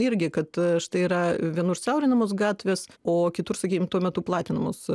irgi kad štai yra vienur siaurinamos gatvės o kitur sakykim tuo metu platinamos